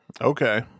Okay